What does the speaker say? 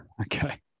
okay